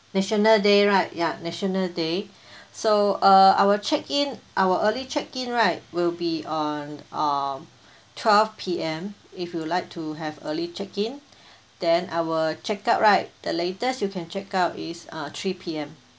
national day right ya national day so uh our check in our early check in right will be on uh twelve P_M if you like to have early check in then our check out right the latest you can check out is uh three P_M